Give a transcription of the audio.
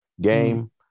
game